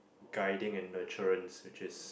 guiding and nurturance which is